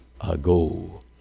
ago